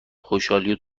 خوشحالیو